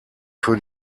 für